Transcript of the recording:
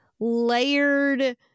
layered